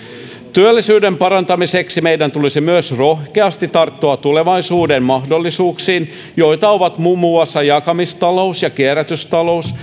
työllisyyden parantamiseksi meidän tulisi myös rohkeasti tarttua tulevaisuuden mahdollisuuksiin joita ovat muun muassa jakamistalous ja kierrätystalous